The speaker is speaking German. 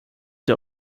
der